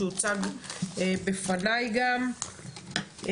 שהוצג בפניי גם,